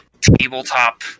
tabletop